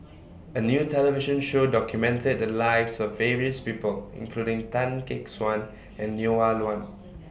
A New television Show documented The Lives of various People including Tan Gek Suan and Neo Wa Luan